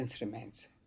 remains